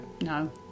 No